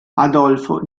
adolfo